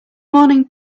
morning